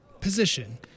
position